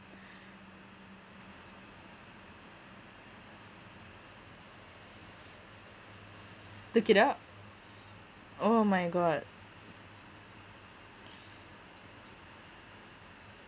took it out oh my god